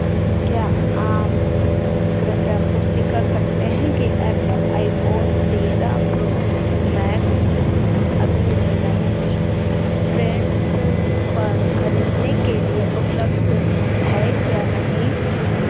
क्या आप कृपया पुष्टि कर सकते हैं कि एप्पल आई फोन तेरह प्रो मैक्स अभी रिलायंस ट्रेंड्स पर खरीदने के लिए उपलब्ध है या नहीं